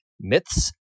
myths